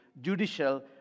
judicial